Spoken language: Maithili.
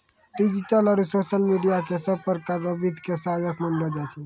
डिजिटल आरू सोशल मिडिया क सब प्रकार स वित्त के सहायक मानलो जाय छै